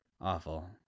Awful